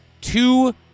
two